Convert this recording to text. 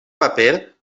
paper